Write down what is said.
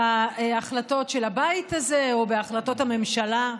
בהחלטות של הבית הזה או בהחלטות הממשלה.